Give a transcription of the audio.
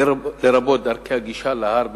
לרבות דרכי הגישה להר,